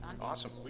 Awesome